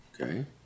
okay